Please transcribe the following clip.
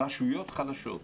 רשויות חלשות,